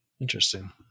Interesting